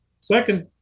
Second